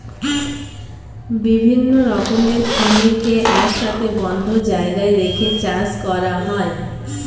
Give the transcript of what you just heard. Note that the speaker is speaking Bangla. বিভিন্ন রকমের কুমিরকে একসাথে বদ্ধ জায়গায় রেখে চাষ করা হয়